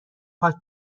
پاک